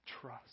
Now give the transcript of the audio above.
Trust